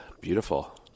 Beautiful